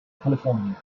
california